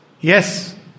Yes